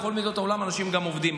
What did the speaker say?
בכל המדינות אנשים גם עובדים.